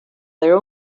their